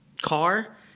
car